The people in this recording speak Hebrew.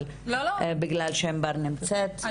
אבל בגלל שענבר כבר נמצאת היא תתחיל.